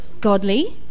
godly